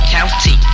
County